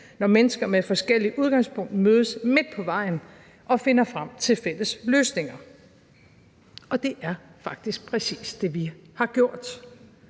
når mennesker med forskelligt udgangspunkt mødes midt på vejen og finder frem til fælles løsninger. Det er faktisk præcis det, vi har gjort.